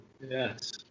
Yes